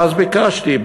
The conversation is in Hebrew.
ואז ביקשתי,